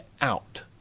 out